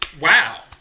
Wow